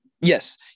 Yes